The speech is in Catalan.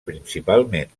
principalment